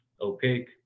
opaque